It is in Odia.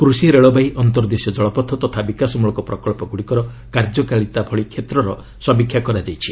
କୃଷି ରେଳବାଇ ଅନ୍ତର୍ଦ୍ଦେଶୀୟ ଜଳପଥ ତଥା ବିକାଶମଳକ ପ୍ରକଞ୍ଚଗୁଡ଼ିକର କାର୍ଯ୍ୟକାରିତା ଭଳି କ୍ଷେତ୍ରର ସମୀକ୍ଷା କରାଯାଇଛି